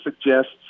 suggests